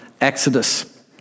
Exodus